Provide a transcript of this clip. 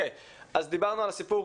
אז דיברנו על הסיפור,